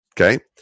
Okay